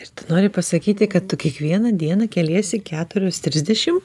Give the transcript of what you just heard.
ir tu nori pasakyti kad tu kiekvieną dieną keliesi keturios trisdešim